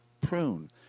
Prune